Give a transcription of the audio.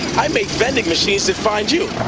i made vending machines that find you.